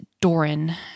Doran